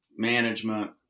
management